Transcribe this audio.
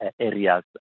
areas